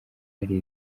hari